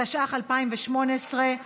התשע"ח 2018,